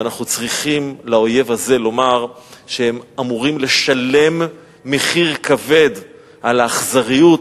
ואנחנו צריכים לאויב הזה לומר שהם אמורים לשלם מחיר כבד על האכזריות